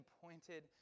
pointed